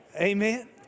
Amen